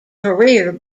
career